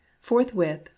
forthwith